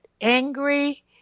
angry